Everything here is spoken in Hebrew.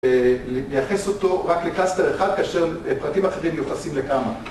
ומייחס אותו רק לקלאסטר אחד, כאשר פרטים אחרים מיוחסים לכמה